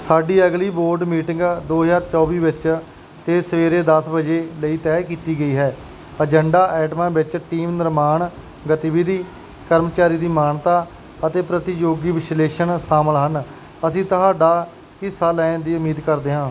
ਸਾਡੀ ਅਗਲੀ board meeting ਦੋ ਹਜ਼ਾਰ ਚੌਵੀ ਵਿੱਚ ਅਤੇ ਸਵੇਰੇ ਦਸ ਵਜੇ ਲਈ ਤਹਿ ਕੀਤੀ ਗਈ ਹੈ ਏਜੰਡਾ ਆਈਟਮਾਂ ਵਿੱਚ ਟੀਮ ਨਿਰਮਾਣ ਗਤੀਵਿਧੀ ਕਰਮਚਾਰੀ ਦੀ ਮਾਨਤਾ ਅਤੇ ਪ੍ਰਤੀਯੋਗੀ ਵਿਸ਼ਲੇਸ਼ਣ ਸ਼ਾਮਲ ਹਨ ਅਸੀਂ ਤੁਹਾਡੇ ਹਿੱਸਾ ਲੈਣ ਦੀ ਉਮੀਦ ਕਰਦੇ ਹਾਂ